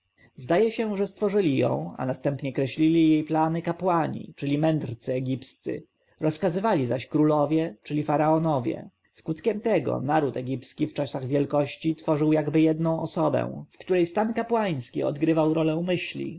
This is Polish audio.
zdaje się że stworzyli ją a następnie kreślili jej plany kapłani czyli mędrcy egipscy rozkazywali zaś królowie czyli faraonowie skutkiem tego naród egipski w czasach wielkości tworzył jakby jedną osobę w której stan kapłański odgrywał rolę myśli